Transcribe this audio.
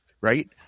right